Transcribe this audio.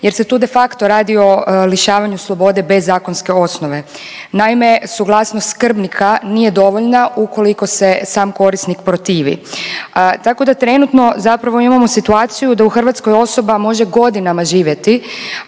jer se tu de facto radi o lišavanju slobode bez zakonske osnove. Naime, suglasnost skrbnika nije dovoljna ukoliko se sam korisnik protivi. Tako da trenutno zapravo imamo situaciju da u Hrvatskoj osoba može godinama živjeti